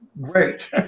great